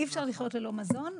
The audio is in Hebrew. אי-אפשר לחיות ללא מזון,